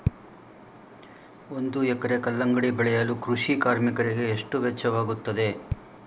ಒಂದು ಎಕರೆ ಕಲ್ಲಂಗಡಿ ಬೆಳೆಯಲು ಕೃಷಿ ಕಾರ್ಮಿಕರಿಗೆ ಎಷ್ಟು ವೆಚ್ಚವಾಗುತ್ತದೆ?